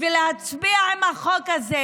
ולהצביע עם החוק הזה,